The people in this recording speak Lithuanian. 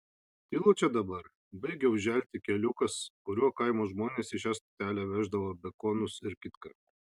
tylu čia dabar baigia užželti keliukas kuriuo kaimo žmonės į šią stotelę veždavo bekonus ir kitką